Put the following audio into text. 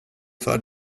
för